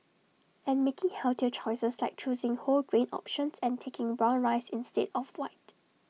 and making healthier choices like choosing whole grain options and taking brown rice instead of white